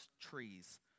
trees